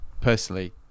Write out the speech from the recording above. personally